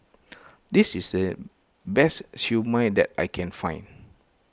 this is the best Siew Mai that I can find